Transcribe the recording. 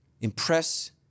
Impress